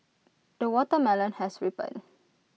the watermelon has ripened